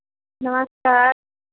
नमस्कार